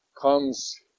comes